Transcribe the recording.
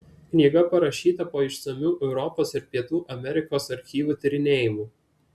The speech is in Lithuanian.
knyga parašyta po išsamių europos ir pietų amerikos archyvų tyrinėjimų